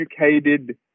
educated